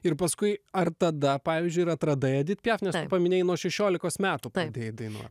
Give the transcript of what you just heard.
ir paskui ar tada pavyzdžiui ir atradai edit piaf nes tu paminėjai nuo šešiolikos metų pradėjai dainuot